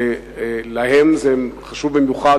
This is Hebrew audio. ולהם זה חשוב במיוחד,